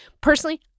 Personally